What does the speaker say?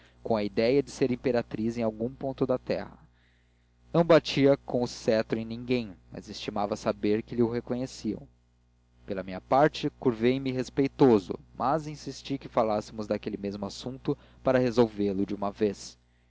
com a idéia de ser imperatriz em algum ponto da terra não batia com o cetro em ninguém mas estimava saber que lho reconheciam pela minha parte curvei me respeitoso mas insisti que falássemos daquele mesmo assunto para resolvê lo de uma vez